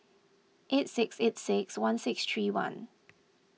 eight six eight six one six three one